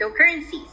cryptocurrencies